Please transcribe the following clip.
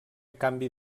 canvi